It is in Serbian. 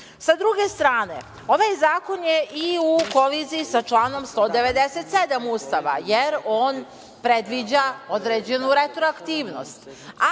druge strane, ovaj zakon je u koliziji sa članom 197.Ustava, jer on predviđa određenu retroaktivnost.